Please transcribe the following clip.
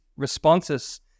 responses